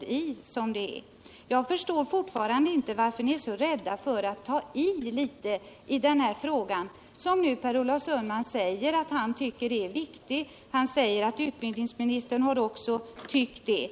se mycket av. Jag förstår fortfarande inte varför ni är så rädda att ta i litet i denna fråga, som nu Per Olof Sundman säger att han tycker är viktig. Han säger att utbildningsministern också har tyckt det.